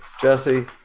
Jesse